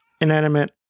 inanimate